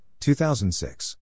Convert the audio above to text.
2006